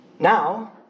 Now